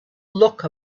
look